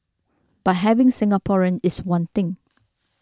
but having Singaporean is one thing